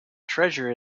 treasure